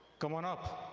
come on up.